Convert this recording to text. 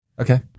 Okay